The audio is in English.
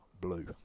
blue